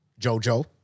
Jojo